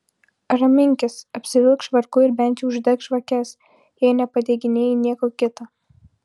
raminkis apsivilk švarku ir bent jau uždek žvakes jei nepadeginėji nieko kita